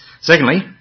Secondly